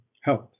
health